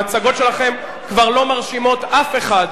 ההצגות שלכם כבר לא מרשימות אף אחד.